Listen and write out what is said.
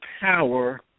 power